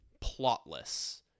plotless